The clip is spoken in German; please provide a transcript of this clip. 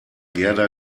gerda